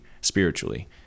spiritually